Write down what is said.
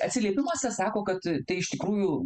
atsiliepimuose sako kad tai iš tikrųjų